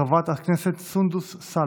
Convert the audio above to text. חברת הכנסת סונדוס סאלח,